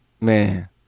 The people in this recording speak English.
man